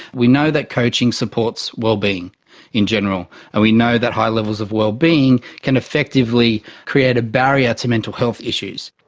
we know that coaching supports wellbeing in general, and we know that high levels of wellbeing can effectively create a barrier to mental health issues.